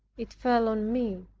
it fell on me.